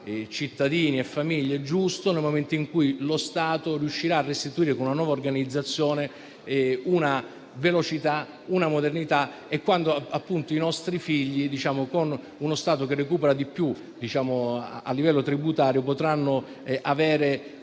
cittadini e famiglie nel momento in cui lo Stato riuscirà a restituire, con una nuova organizzazione, velocità e modernità e quando i nostri figli, con uno Stato che recupera di più a livello tributario, potranno avere